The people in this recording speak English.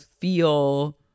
feel